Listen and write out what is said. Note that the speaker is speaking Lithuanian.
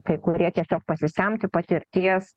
kai kurie tiesiog pasisemti patirties